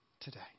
today